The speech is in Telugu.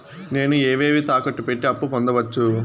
నేను ఏవేవి తాకట్టు పెట్టి అప్పు పొందవచ్చు?